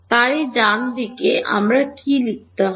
তাই ডানদিকে আমার কী লিখতে হবে